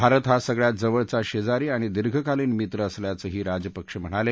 भारत हा सगळ्यात जवळचा शेजारी आणि दीर्घकालीन मित्र असल्याचही राजपक्षे म्हणाले